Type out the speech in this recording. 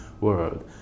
world